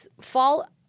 fall